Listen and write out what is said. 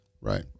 Right